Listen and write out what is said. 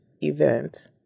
event